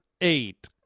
eight